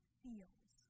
feels